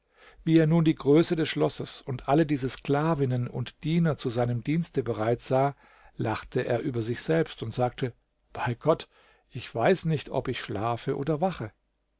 wie er nun die größe des schlosses und alle diese sklavinnen und diener zu seinem dienste bereit sah lachte er über sich selbst und sagte bei gott ich weiß nicht ob ich schlafe oder wache